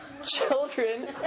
Children